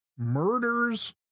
murders